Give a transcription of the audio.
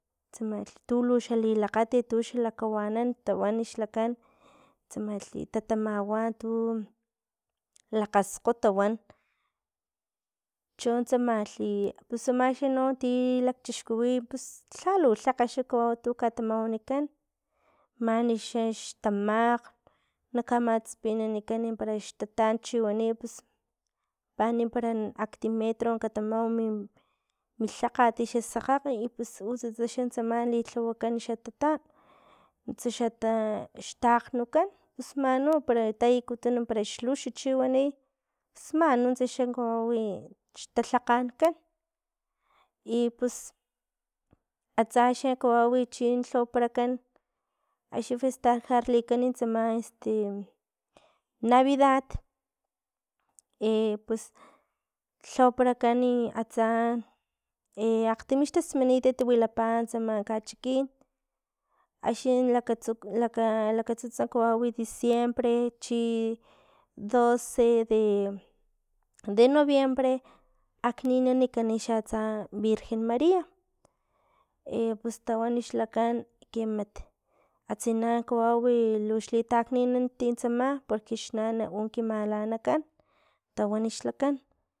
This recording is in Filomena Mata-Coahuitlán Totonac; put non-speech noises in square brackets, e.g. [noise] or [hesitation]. Tsama tuluxa lilakgatit tuxa lakawanan un tawan xlakan, tsamalhi ta- tamawatu lakgaskgoto wan. Chon tsamalhipus amalhi no ti lakchixkiwin pus lhalu tlak xa kawau untu tamawanikan manixa xtamakgn na kamatsapanikan xtatan chiwani pus mani para akgtim metro katamau min mi lhakgat xa sakgakg i pus utsats xa tsama li lhawakan xa tatan, nuntsa xata xtaakgnukan pus manu pero tayikun parax lux chiwani pus mannuntsa kawawi i xtalhakganankan ipus atsaxa kawawi chin lhawaparakan axni festejarlikan tsama [hesitation] navidad e pus lhawaparakan i atsa, [hesitation] akgtimi xtasmanitat wilapa tsama kachikin axni lakatsu lak- lakatsutsa kawau diciembre chi doce de noviembre, akninikani xatsa atsa virgen maria e pus tawan xlakan ke mat atsina kawau luxli takninant tsama porque xnana un kimalanakan tawan xlakan